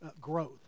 growth